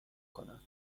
کنم